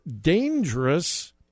dangerous